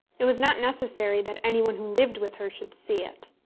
it was not necessary that any one who lived with her should see it.